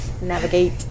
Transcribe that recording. navigate